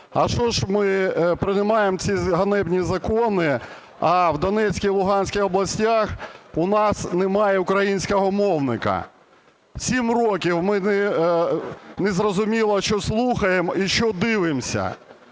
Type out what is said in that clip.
А що ж ми приймаємо ці ганебні закони, а в Донецькій і Луганській областях у нас немає українського мовника? 7 років ми незрозуміло що слухаємо і що дивимось.